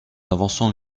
avançant